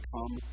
Come